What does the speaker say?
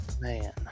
Man